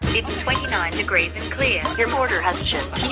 it's twenty nine degrees and clear. your order has shipped.